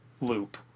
loop